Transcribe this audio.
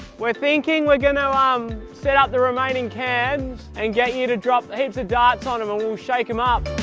we're thinking we're gonna um. set up the remaining cans and get you to drop the heeps of darts on them, and ah we'll shake them up